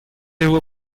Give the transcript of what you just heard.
его